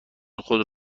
خود